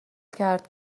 کرد